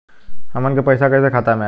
हमन के पईसा कइसे खाता में आय?